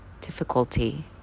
difficulty